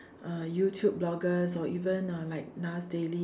uh YouTube bloggers or even uh like Nas daily